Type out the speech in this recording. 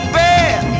bad